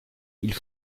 ils